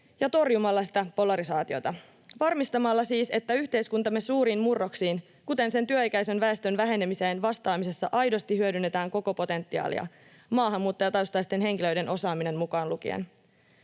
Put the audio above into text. ja torjumalla polarisaatiota. Varmistamalla siis, että yhteiskuntamme suuriin murroksiin, kuten sen työikäisen väestön vähenemiseen vastaamisessa aidosti hyödynnetään koko potentiaalia maahanmuuttajataustaisten henkilöiden osaaminen mukaan lukien.